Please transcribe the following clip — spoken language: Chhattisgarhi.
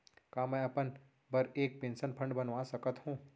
का मैं अपन बर एक पेंशन फण्ड बनवा सकत हो?